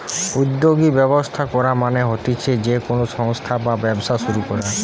উদ্যোগী ব্যবস্থা করা মানে হতিছে যে কোনো সংস্থা বা ব্যবসা শুরু করা